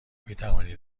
میتوانید